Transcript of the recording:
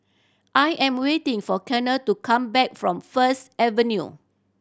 I am waiting for Conor to come back from First Avenue